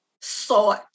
sought